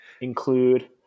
include